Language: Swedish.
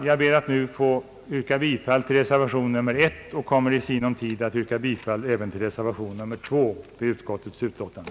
Jag ber att få yrka bifall till reservation 1 och kommer i sinom tid att yrka bifall även till reservation 2 vid utskottets utlåtande.